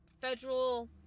federal